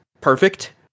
perfect